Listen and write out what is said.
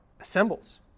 assembles